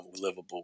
livable